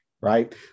right